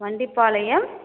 Vandipalayam